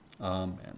Amen